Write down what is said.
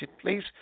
please